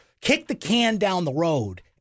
kick-the-can-down-the-road